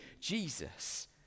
Jesus